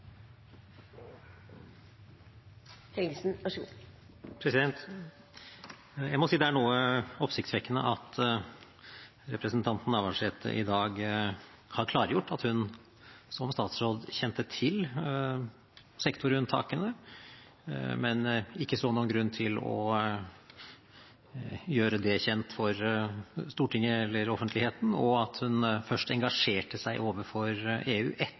men ikke så noen grunn til å gjøre det kjent for Stortinget eller offentligheten, og at hun først engasjerte seg overfor EU